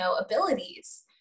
abilities